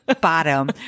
bottom